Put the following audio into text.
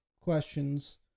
questions